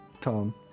Tom